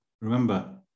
remember